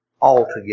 altogether